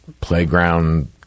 playground